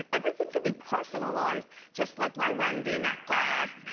everything can be personalized just like my wendy necklace.